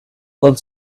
would